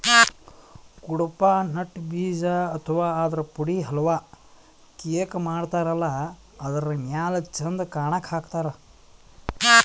Cuddapah nut ಬೀಜ ಅಥವಾ ಆದ್ರ ಪುಡಿ ಹಲ್ವಾ, ಕೇಕ್ ಮಾಡತಾರಲ್ಲ ಅದರ್ ಮ್ಯಾಲ್ ಚಂದ್ ಕಾಣಕ್ಕ್ ಹಾಕ್ತಾರ್